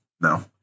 No